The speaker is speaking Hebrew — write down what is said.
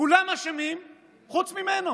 כולם אשמים חוץ ממנו.